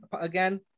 again